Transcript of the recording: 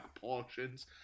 portions